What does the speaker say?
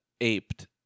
aped